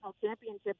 championship